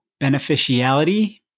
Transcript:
beneficiality